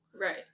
Right